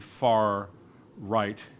far-right